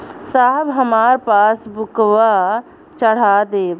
साहब हमार पासबुकवा चढ़ा देब?